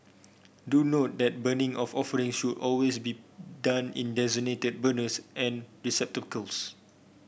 do note that burning of offering should always be done in designated burners and receptacles